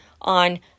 on